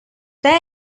there